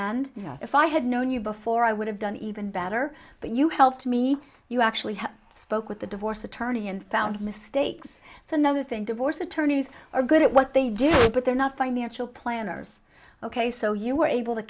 end if i had known you before i would have done even better but you helped me you actually spoke with the divorce attorney and found mistakes it's another thing divorce attorneys are good at what they do but they're not financial planners ok so you were able to